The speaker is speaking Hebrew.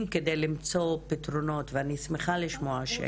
השונים על מנת למצוא פתרונות ואני שמחה לשמוע שכך.